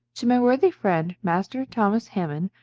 to my worthy friend, master thomas hammon,